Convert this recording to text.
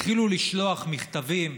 התחילו לשלוח מכתבים,